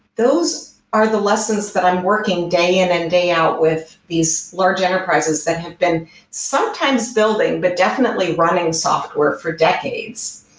those are the lessons that i'm working day-in and day-out with these large enterprises that have been sometimes building, but definitely running software for decades.